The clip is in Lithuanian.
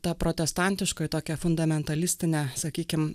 ta protestantiškoji tokia fundamentalistinė sakykim